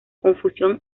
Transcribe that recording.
confusión